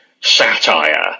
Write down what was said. satire